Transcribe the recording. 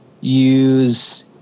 use